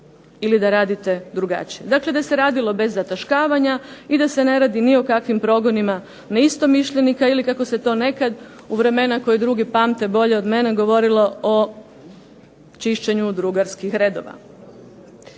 ili da radite drugačije. Dakle, da se radilo bez zataškavanja i da se ne radi ni o kakvim progonima neistomišljenika ili kako se to nekad u vremena koje drugi pamte bolje od mene govorilo o čišćenju drugarskih redova.